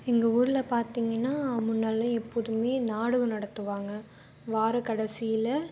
எங்க ஊரில் பார்த்தீங்கன்னா முன்னெலாம் எப்போதுமே நாடகம் நடத்துவாங்க வாரக்கடைசியில்